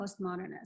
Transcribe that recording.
postmodernist